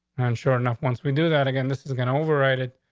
i'm sure enough, once we do that again, this is going to override it.